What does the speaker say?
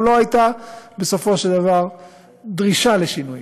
לא הייתה בסופו של דבר דרישה לשינויים.